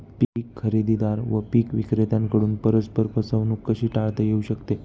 पीक खरेदीदार व पीक विक्रेत्यांकडून परस्पर फसवणूक कशी टाळता येऊ शकते?